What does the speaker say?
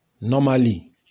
Normally